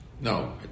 No